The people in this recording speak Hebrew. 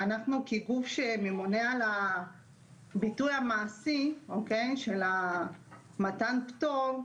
אנחנו כגוש הממונה על הביטוי המעשי של מתן פטור,